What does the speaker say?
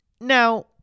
Now